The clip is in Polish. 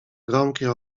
gromkie